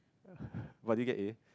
but did you get A